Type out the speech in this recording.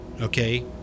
Okay